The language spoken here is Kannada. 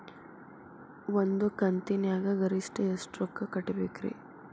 ಒಂದ್ ಕಂತಿನ್ಯಾಗ ಗರಿಷ್ಠ ಎಷ್ಟ ರೊಕ್ಕ ಕಟ್ಟಬೇಕ್ರಿ?